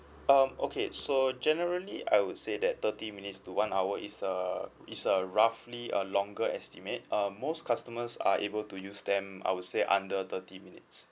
um okay so generally I would say that thirty minutes to one hour is a is a roughly a longer estimate um most customers are able to use them I would say under thirty minutes